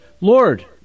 Lord